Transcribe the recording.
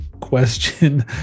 question